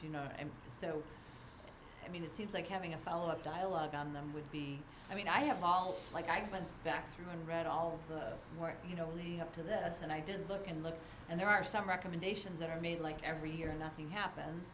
you know and so i mean it seems like having a follow up dialogue on them would be i mean i have all like i went back through and read all the work you know leading up to this and i did look and look and there are some recommendations that are made like every year nothing happens